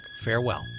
Farewell